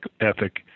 ethic